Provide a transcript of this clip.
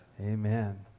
Amen